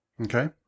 Okay